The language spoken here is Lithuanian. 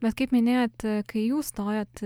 bet kaip minėjot kai jūs stojot